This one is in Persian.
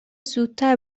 زودتر